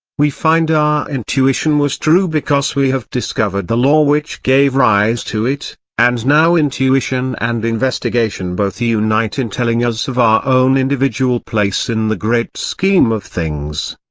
we find our intuition was true because we have discovered the law which gave rise to it and now intuition and investigation both unite in telling us of our own individual place in the great scheme of things.